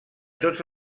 tots